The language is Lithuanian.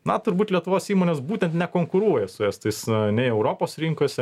na turbūt lietuvos įmonės būtent nekonkuruoja su estais nei europos rinkose